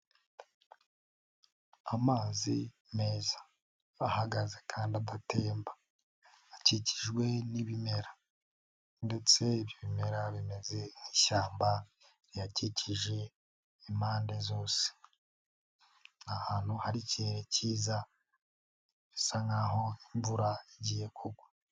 Amazi meza ahagaze kandi agatemba, akikijwe n'ibimera, ndetse ibi bimera bimeze nk'ishyamba rihakikije impande zose, n'ahantu hari ikirere cyiza bisa nkaho imvura igiye kugwa.